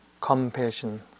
compassion